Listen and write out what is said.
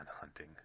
hunting